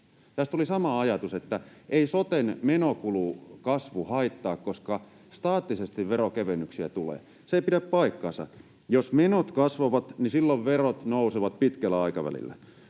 Tässä tuli sama ajatus, että ei soten menokulukasvu haittaa, koska staattisesti verokevennyksiä tulee. Se ei pidä paikkaansa. Jos menot kasvavat, niin silloin verot nousevat pitkällä aikavälillä.